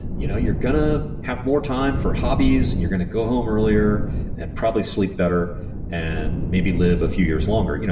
you know you're going to have more time for hobbies and you're going to go home earlier and probably sleep better and maybe live a few years longer. you know